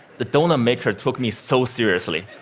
the doughnut maker took me so seriously.